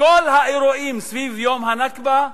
האירועים לציון יום ה"נכבה"